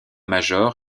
major